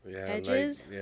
edges